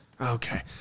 Okay